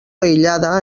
aïllada